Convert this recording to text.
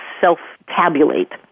self-tabulate